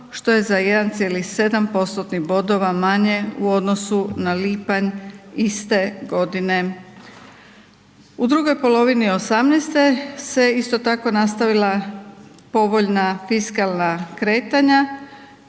što je za 1,7%-tnih bodova manje u odnosu na lipanj iste godine. U drugoj polovini 2018. se isto tako nastavila povoljna fiskalna kretanja,